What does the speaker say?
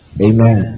Amen